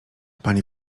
panie